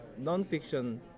nonfiction